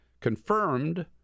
confirmed